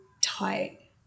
tight